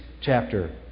chapter